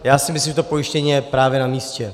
Já si myslím, že to pojištění je právě namístě.